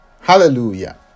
Hallelujah